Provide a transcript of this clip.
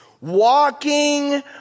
walking